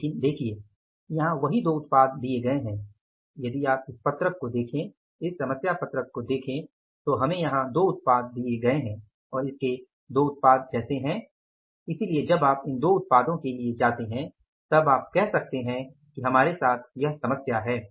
लेकिन देखिये यहाँ वही दो उत्पाद दिए गए हैं यदि आप इस पत्रक को देखें तो हमें यहां दो उत्पाद दिए गए हैं और इसके दो उत्पाद जैसे हैं इसलिए जब आप इन दो उत्पादों के लिए जाते हैं तब आप कह सकते हैं कि हमारे साथ यह समस्या है